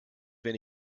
wenn